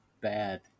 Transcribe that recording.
bad